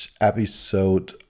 episode